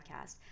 podcast